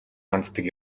ханддаг